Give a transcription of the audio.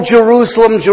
Jerusalem